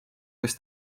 kes